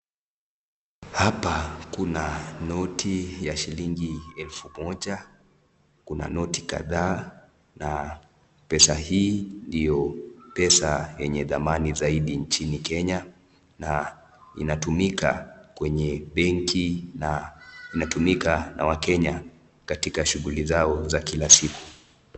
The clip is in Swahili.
Hapa kuna noti ya shilingi elfu moja. Kuna noti kadhaa na pesa hii ndio pesa yenye thamani zaidi nchini Kenya na inatumika kwenye benki na inatumika na wakenya, katika shughuli zao za kila siku.